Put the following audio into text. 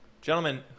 Gentlemen